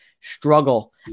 struggle